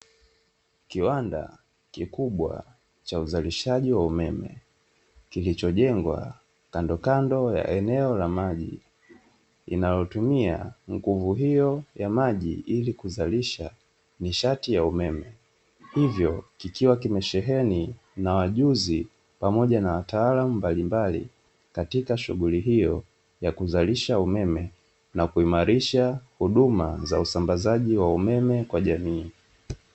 Kiwanda kikubwa cha uzalishaji wa umeme kilichojengwa kandokando la eneo ya maji, inayotumia nguvu hiyo ya maji ili kuzalisha nishati ya umeme. Hivyo kikiwa kimesheheni na wajuzi pamoja na wataalamu mbalimbali, katika shughuli hiyo ya kuzalisha umeme na kuimarisha huduma ya usambazaji wa umeme kwa jamii.